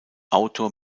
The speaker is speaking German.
autor